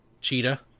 Cheetah